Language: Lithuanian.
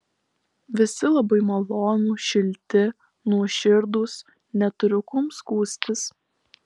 visi labai malonūs šilti nuoširdūs neturiu kuom skųstis